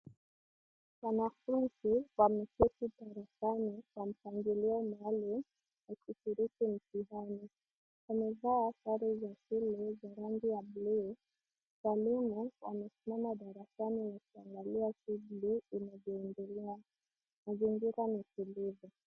Wanafunzi wameketi darasani kwa mpangilio maalum wakishiriki mtihani. Wamevaa sara za shule za rangi ya buluu. Walimu wamesimama darasani wakiangalia shughuli inavyoendelea. Mazingira ni tulivu.